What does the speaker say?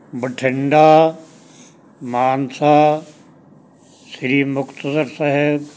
Bathinda Mansa Shri Muktsar Sahib